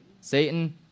Satan